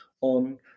on